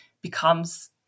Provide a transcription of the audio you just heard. becomes